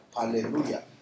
Hallelujah